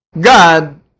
God